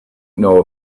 know